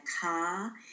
car